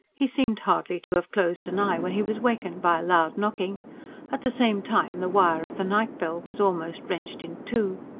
he seemed hardly to have closed an eye when he was wakened by a loud knocking at the same time the wire of the night-bell was almost wrenched in two.